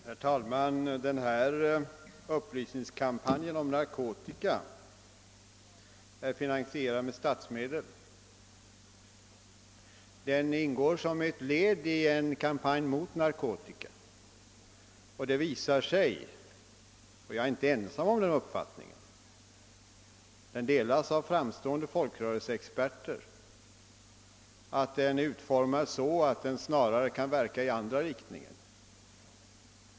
Herr talman! Den här upplysningskampanjen om narkotika är finansierad med statsmedel. Boken ingår alltså som ett led i en kampanj mot narkotika men det visar sig — och jag är inte ensam om den uppfattningen, utan den delas av framstående folkrörelseexperter — att den är utformad så att den snarare kan verka i andra riktningen.